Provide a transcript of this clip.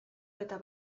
eta